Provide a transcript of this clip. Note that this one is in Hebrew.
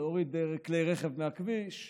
להוריד כלי רכב מהכביש,